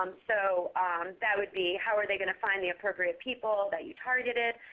um so that would be how are they going to find the appropriate people that you targeted,